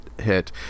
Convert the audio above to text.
hit